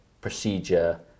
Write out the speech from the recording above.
procedure